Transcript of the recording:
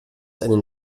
einen